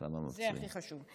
זה הכי חשוב.